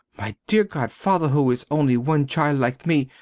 my dear godfather who is only one child like me,